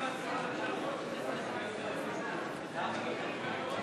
לא נתקבלה.